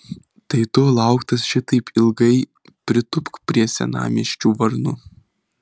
tai tu lauktas šitaip ilgai pritūpk prie senamiesčių varnų